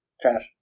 Trash